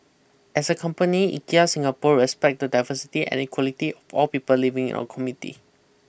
as a company Ikea Singapore respect to the diversity and equality of all people living in our community